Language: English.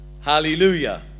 Hallelujah